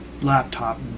laptop